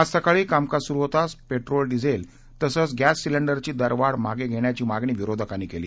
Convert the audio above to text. आज सकाळी कामकाज सुरु होताच पेट्रोल डिझेल तसंच गॅससिलेंडरची दरवाढ मागे घेण्याची मागणी विरोधकांनी केली